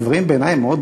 הדברים בעיני הם מאוד